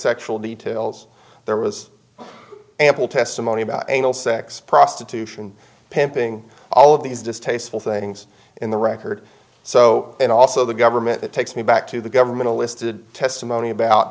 sexual details there was ample testimony about anal sex prostitution pimping all of these distasteful things in the record so and also the government that takes me back to the government listed testimony about